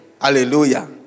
Hallelujah